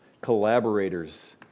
Collaborators